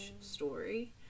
story